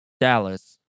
Dallas